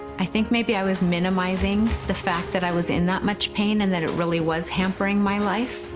i think maybe i was minimizing the fact that i was in that much pain, and that it really was hampering my life.